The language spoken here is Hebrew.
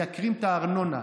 מייקרים את הארנונה,